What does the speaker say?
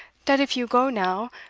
dat if you go now,